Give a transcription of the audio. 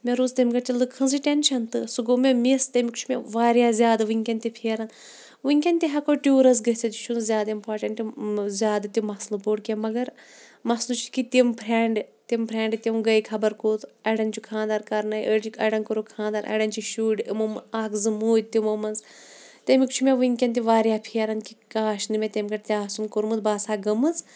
مےٚ روٗز تَمہِ گڑۍچہِ لُکہٕ ہٕنٛزٕے ٹٮ۪نشَن تہٕ سُہ گوٚو مےٚ مِس تَمیُک چھُ مےٚ واریاہ زیادٕ وٕنۍکٮ۪ن تہِ پھیران وٕنۍکٮ۪ن تہِ ہٮ۪کو ٹیوٗرَس گٔژھِتھ یہِ چھُنہٕ زیادٕ اِمپاٹَنٛٹ زیادٕ تہِ مسلہٕ بوٚڑ کینٛہہ مگر مسلہٕ چھُ کہِ تِم فرٛٮ۪نٛڈ تِم فرٛٮ۪نٛڈٕ تِم گٔے خبر کوٚت اَڑٮ۪ن چھُ خاندَر کَرنَے أڑۍ چھِکھ اَڑٮ۪ن کوٚرُکھ خاندَر اَڑٮ۪ن چھِ شُرۍ یِمو مہٕ اَکھ زٕ موٗدۍ تِمو منٛز تَمیُک چھُ مےٚ وٕنۍکٮ۪ن تہِ واریاہ پھیران کہِ کاش نہٕ مےٚ تَمہِ گٔڑۍ تہِ آسُن کوٚرمُت بہٕ آسہٕ ہا گٔمٕژ